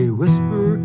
whisper